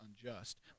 unjust